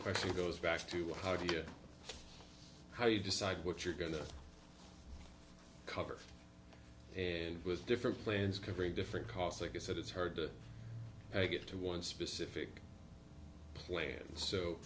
question goes back to how do you how do you decide what you're going to cover and was different plans cover a different cost like i said it's hard to get to one specific plans so